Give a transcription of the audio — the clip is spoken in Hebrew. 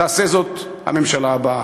תעשה זאת הממשלה הבאה.